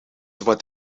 wat